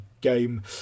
game